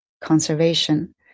conservation